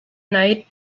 night